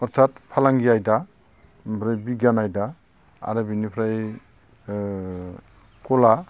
अरथाद फालांगि आयदा ओमफ्राय बिगियान आयदा आरो बिनिफ्राय ओ खला